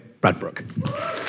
Bradbrook